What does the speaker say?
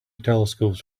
telescopes